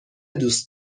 دوست